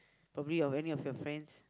probably of any of your friends